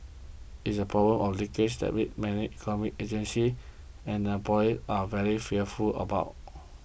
it is the problem of 'leakage' that many economic agencies and employers are very fearful about